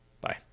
Bye